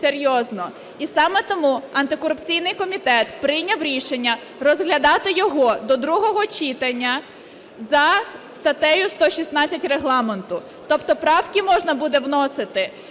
І саме тому антикорупційний комітет прийняв рішення розглядати його до другого читання за статтею 116 Регламенту. Тобто правки можна буде вносити